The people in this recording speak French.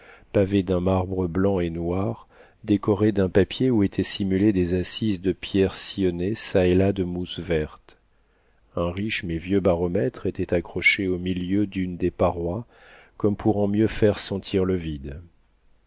pavée d'un marbre blanc et noir décorée d'un papier où étaient simulées des assises de pierres sillonnées çà et là de mousse verte un riche mais vieux baromètre était accroché au milieu d'une des parois comme pour en mieux faire sentir le vide